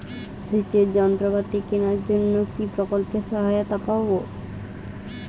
সেচের যন্ত্রপাতি কেনার জন্য কি প্রকল্পে সহায়তা পাব?